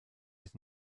his